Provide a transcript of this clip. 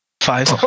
five